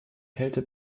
kälte